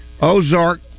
Ozark